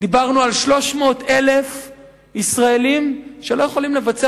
דיברנו על 300,000 ישראלים שלא יכולים לבצע